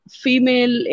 female